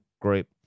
group